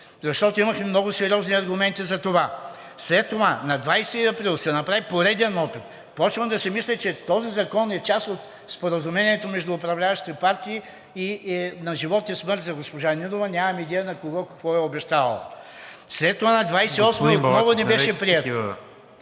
защото имахме много сериозни аргументи за това. След това на 20 април се направи пореден опит. Започвам да си мисля, че този закон е част от споразумението между управляващите партии и е на живот и смърт за госпожа Нинова – нямам идея на кого какво е обещавала. ПРЕДСЕДАТЕЛ НИКОЛА МИНЧЕВ: Господин